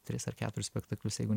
tris ar keturis spektaklius jeigu